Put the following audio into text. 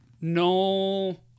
no